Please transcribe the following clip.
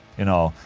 you know.